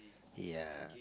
ya